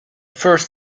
first